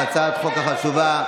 על הצעת החוק החשובה.